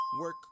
Work